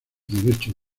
derechos